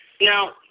Now